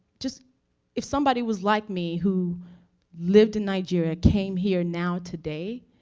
just if somebody was like me, who lived in nigeria, came here now, today,